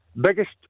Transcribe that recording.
biggest